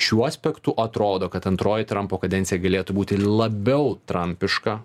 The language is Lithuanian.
šiuo aspektu atrodo kad antroji trumpo kadencija galėtų būti labiau trampiška